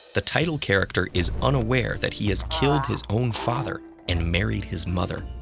the title character is unaware that he has killed his own father and married his mother.